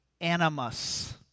animus